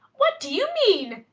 what do you mean?